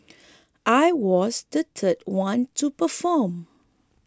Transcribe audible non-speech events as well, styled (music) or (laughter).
(noise) I was the third one to perform